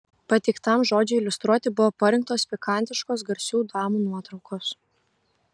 pateiktam žodžiui iliustruoti buvo parinktos pikantiškos garsių damų nuotraukos